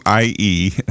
IE